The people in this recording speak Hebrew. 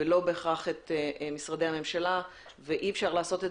ולא בהכרח את משרדי הממשלה, ואי אפשר לעשות את